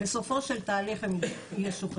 בסופו של תהליך הם ישוחררו.